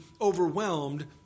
overwhelmed